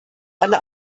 alle